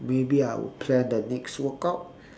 maybe I will plan the next workout